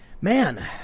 man